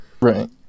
Right